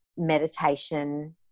meditation